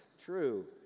true